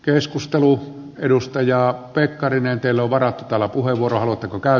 keskustelu edustaja pekkarinenteille varattu tälle puheenvuorolle käy